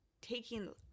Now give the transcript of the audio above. taking